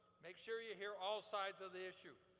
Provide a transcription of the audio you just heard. make sure you hear all sides of the issue.